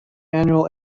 annual